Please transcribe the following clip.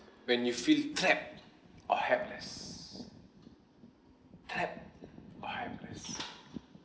when you feel trapped or helpless trapped or helpless